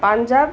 Punjab